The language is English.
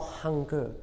hunger